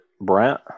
Brent